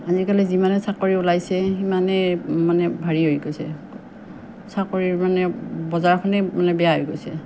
আজিকালি যিমানে চাকৰি ওলাইছে সিমানে মানে হেৰি হৈ গৈছে চাকৰিৰ মানে বজাৰখনেই মানে বেয়া হৈ গৈছে